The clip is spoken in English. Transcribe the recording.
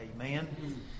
amen